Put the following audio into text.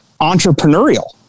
entrepreneurial